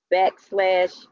backslash